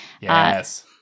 Yes